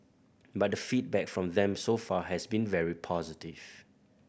but the feedback from them so far has been very positive